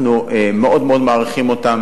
אנחנו מאוד מעריכים אותם.